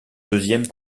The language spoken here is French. deuxième